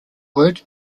word